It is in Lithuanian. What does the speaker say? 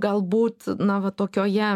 galbūt na va tokioje